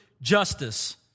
justice